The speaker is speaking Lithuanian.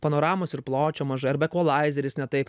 panoramos ir pločio mažai arba ekvalaizeris ne taip